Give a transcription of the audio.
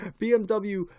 bmw